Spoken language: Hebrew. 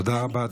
תודה רבה.